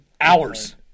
Hours